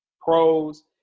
pros